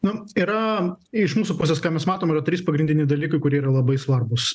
nu yra iš mūsų pusės ką mes matom yra trys pagrindiniai dalykai kurie yra labai svarbūs